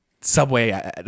Subway